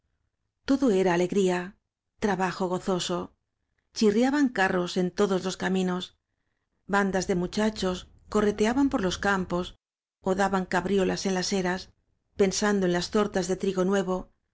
tóelo era alegría trabajo gozoso chirria ban carros en todos los caminos bandas de muchachos correteaban por los campos ó da ban cabriolas en las eras pensando en las tortas de trigo nuevo